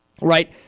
right